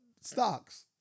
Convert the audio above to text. stocks